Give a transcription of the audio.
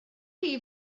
chi